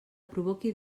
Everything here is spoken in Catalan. provoqui